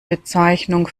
bezeichnung